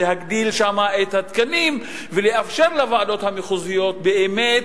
להגדיל שם את התקנים ולאפשר לוועדות המחוזיות באמת